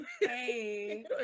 hey